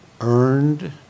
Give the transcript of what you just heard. earned